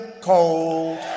cold